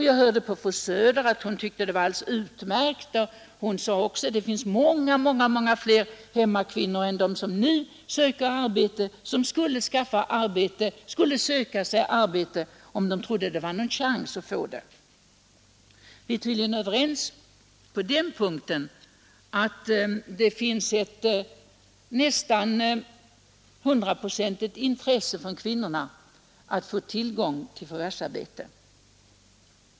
Jag hörde på fru Söder att hon tyckte det var alldeles utmärkt, och hon sade också att många fler hemmakvinnor än de som nu söker arbete skulle söka sig arbete om de trodde att det funnes någon chans att få det. Vi är tydligen överens på den punkten, att det finns ett nästan hundraprocentigt intresse bland kvinnorna att få tillgång till förvärvsarbete.